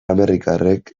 amerikarrek